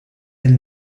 elle